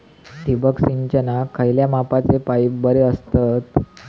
ठिबक सिंचनाक खयल्या मापाचे पाईप बरे असतत?